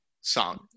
song